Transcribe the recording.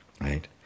right